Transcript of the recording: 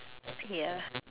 ya